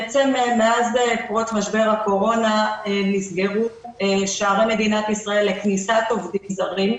מאז פרוץ משבר הקורונה נסגרו שערי מדינת ישראל לכניסת עובדים זרים.